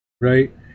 right